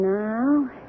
now